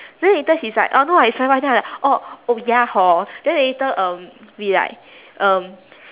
then later she's like oh no it's Y_Y then I like orh oh ya hor then later um we like um